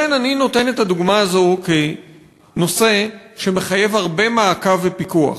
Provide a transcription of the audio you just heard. אני נותן את הדוגמה הזאת כנושא שמחייב הרבה מעקב ופיקוח,